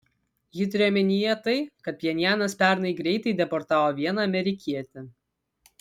ji turėjo omenyje tai kad pchenjanas pernai greitai deportavo vieną amerikietį